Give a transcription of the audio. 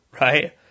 right